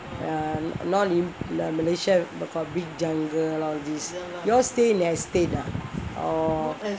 I'm not lah malaysia got big jungle all these you all stayed in estate ah or